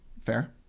Fair